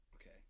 Okay